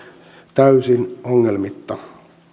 täysin ongelmitta